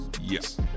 yes